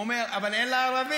הוא אומר: אבל אין לה ערבים.